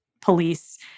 police